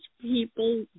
people